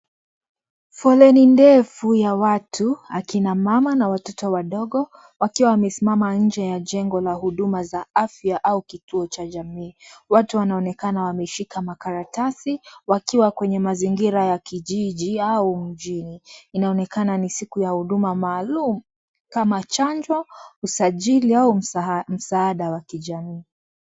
Folei ndefu ya watu, akina mama na watoto wadogo wakiwa wamesimama nje ya jengo la huduma za afya au kituo cha jamii, watu wanaonekana wameshika makaratasi wakiwa kwenye mazingira ya kijiji au mjini, inaonekana ni siku ya huduma maalum kama chanjo usajili au msaada wa kijamii.